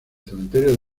cementerio